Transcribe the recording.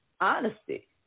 honesty